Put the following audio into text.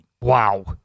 Wow